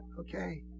okay